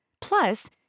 Plus